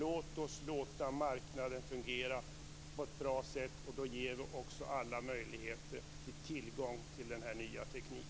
Låt oss låta marknaden fungera på ett bra sätt. Då ger vi också alla möjligheter att få tillgång till denna nya teknik.